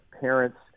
parents